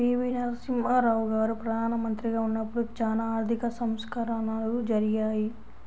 పి.వి.నరసింహారావు గారు ప్రదానమంత్రిగా ఉన్నపుడు చానా ఆర్థిక సంస్కరణలు జరిగాయి